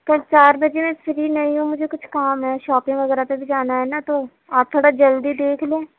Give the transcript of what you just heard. سر چار بجے میں فری نہیں ہوں مجھے کچھ کام ہے شاپنگ وغیرہ پہ بھی جانا ہے نہ تو آپ تھوڑا جلدی دیکھ لیں